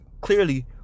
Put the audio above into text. clearly